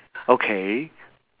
okay